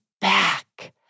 back